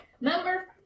Number